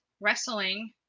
Wrestling